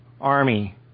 Army